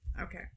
Okay